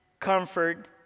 comfort